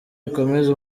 ikomeze